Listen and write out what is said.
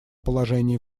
положении